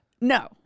No